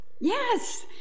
yes